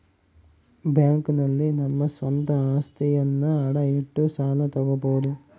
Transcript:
bank ನಲ್ಲಿ ನಮ್ಮ ಸ್ವಂತ ಅಸ್ತಿಯನ್ನ ಅಡ ಇಟ್ಟು ಸಾಲ ತಗೋಬೋದು